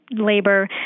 labor